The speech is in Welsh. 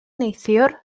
neithiwr